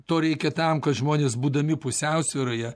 to reikia tam kad žmonės būdami pusiausvyroje